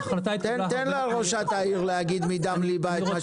--- תן לראשת המועצה להגיד מדם ליבה את הדברים.